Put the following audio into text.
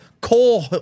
coal